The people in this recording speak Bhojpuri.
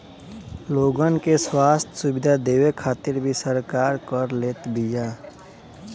लोगन के स्वस्थ्य सुविधा देवे खातिर भी सरकार कर लेत बिया